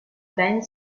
band